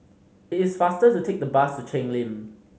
it is faster to take the bus to Cheng Lim